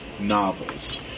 novels